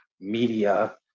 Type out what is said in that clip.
Media